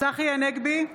צחי הנגבי,